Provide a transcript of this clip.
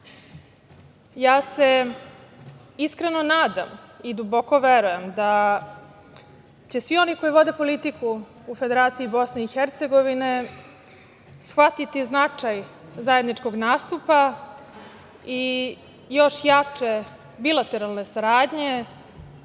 Srbije. Iskreno se nadam i duboko verujem da će svi oni koji vode politiku u Federaciji Bosne i Hercegovine shvatiti značaj zajedničkog nastupa i još jače bilateralne saradnje,